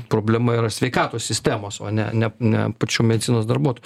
problema yra sveikatos sistemos o ne ne ne pačių medicinos darbuotojų